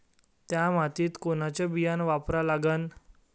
थ्या मातीत कोनचं बियानं वापरा लागन?